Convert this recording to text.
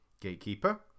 Gatekeeper